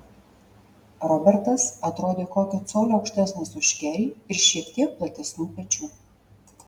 robertas atrodė kokiu coliu aukštesnis už kerį ir šiek tiek platesnių pečių